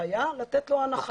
הנחיה לתת לו הנחה.